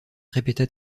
répéta